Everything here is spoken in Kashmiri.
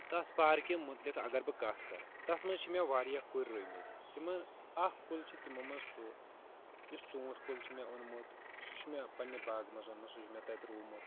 تتھ پارکہِ متعلِق اگر بہٕ کتھ کرٕ تتھ منٛز چھِ مےٚ واریاہ کُلۍ رویٚمٕتۍ تِمن اکھ کُل چھُ تِمو منٛز سُہ یُس ژوٗنٹھۍ کُل چھُ مےٚ اوٚنمُت سُہ چھُ مےٚ پننہِ باغہٕ منٛز اوٚنمُت سُہ چھُ مےٚ تتہِ رومُت